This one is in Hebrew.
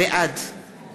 בעד